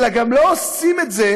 אלא גם לא עושים את זה